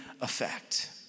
effect